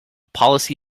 policy